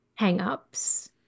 hangups